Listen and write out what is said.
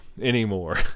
anymore